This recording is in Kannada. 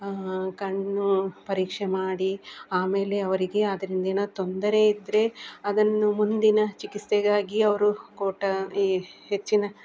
ಕಣ್ಣು ಪರೀಕ್ಷೆ ಮಾಡಿ ಆಮೇಲೆ ಅವರಿಗೆ ಅದರಿಂದ ಏನಾದರೂ ತೊಂದರೆ ಇದ್ರೆ ಅದನ್ನು ಮುಂದಿನ ಚಿಕಿತ್ಸೆಗಾಗಿ ಅವರು ಕೊಟ್ಟ ಈ ಹೆಚ್ಚಿನ